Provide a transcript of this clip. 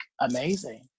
amazing